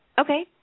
Okay